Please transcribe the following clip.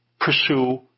pursue